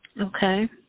Okay